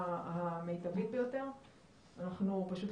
אין